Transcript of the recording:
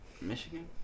Michigan